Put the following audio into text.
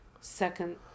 second